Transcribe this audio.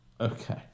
Okay